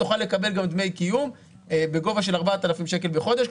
תוכל לקבל גם דמי קיום בגובה של 4,000 שקלים בחודש.